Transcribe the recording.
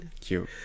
Cute